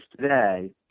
today